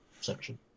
section